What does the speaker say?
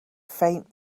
faint